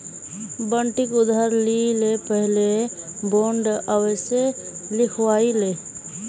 बंटिक उधार दि ल पहले बॉन्ड अवश्य लिखवइ ले